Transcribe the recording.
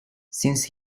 since